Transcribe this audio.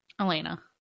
Elena